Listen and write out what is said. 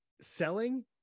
Selling